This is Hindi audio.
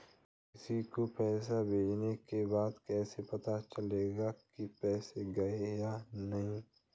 किसी को पैसे भेजने के बाद कैसे पता चलेगा कि पैसे गए या नहीं?